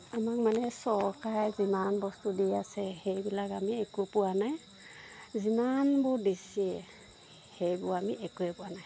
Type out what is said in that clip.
আমাক মানে চৰকাৰে যিমান বস্তু দি আছে সেইবিলাক আমি একো পোৱা নাই যিমানবোৰ দিছে সেইবোৰ আমি একোৱে পোৱা নাই